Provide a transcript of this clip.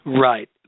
Right